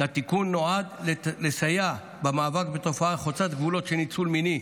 התיקון נועד לסייע במאבק בתופעה חוצת גבולות של ניצול מיני,